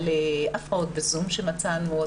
על הפרעות ב"זום" שמצאנו,